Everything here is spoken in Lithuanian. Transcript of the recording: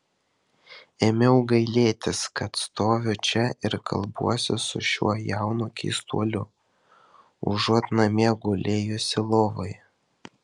ėmiau gailėtis kad stoviu čia ir kalbuosi su šiuo jaunu keistuoliu užuot namie gulėjusi lovoje